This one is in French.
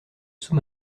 sous